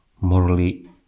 morally